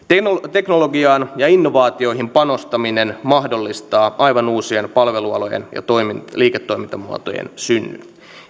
teknologiaan ja innovaatioihin panostaminen mahdollistaa aivan uusien palvelualojen ja liiketoimintamuotojen synnyn